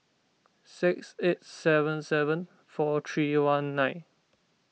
six eight seven seven four three one nine